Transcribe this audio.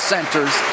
Centers